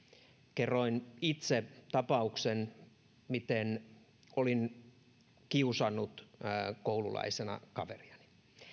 kerroin itse tapauksen siitä miten olin kiusannut koululaisena kaveriani